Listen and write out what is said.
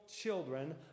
children